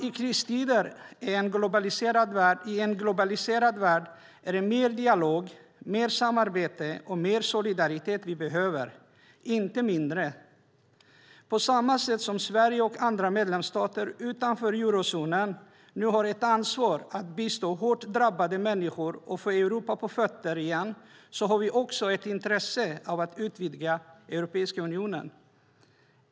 I kristider i en globaliserad värld är det mer dialog, mer samarbete och mer solidaritet vi behöver - inte mindre. På samma sätt som Sverige och andra medlemsstater utanför eurozonen nu har ett ansvar att bistå hårt drabbade människor och få Europa på fötter igen, har vi också ett intresse av att utvidga Europeiska unionen.